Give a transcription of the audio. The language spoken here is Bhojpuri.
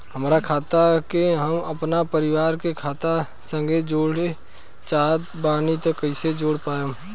हमार खाता के हम अपना परिवार के खाता संगे जोड़े चाहत बानी त कईसे जोड़ पाएम?